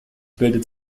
bildet